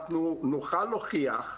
אנחנו נוכל להוכיח,